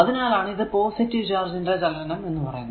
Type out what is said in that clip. അതിനാലാണ് ഇത് positive charge ന്റെ ചലനം എന്ന് പറയുന്നത്